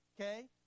okay